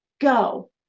go